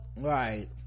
Right